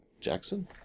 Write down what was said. Jackson